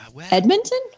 Edmonton